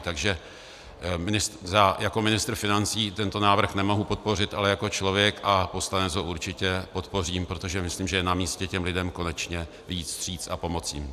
Takže jako ministr financí tento návrh nemohu podpořit, ale jako člověk a poslanec ho určitě podpořím, protože myslím, že je namístě těm lidem konečně vyjít vstříc a pomoct jim.